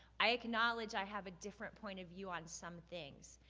i acknowledge i have a different point of view on some things.